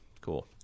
Cool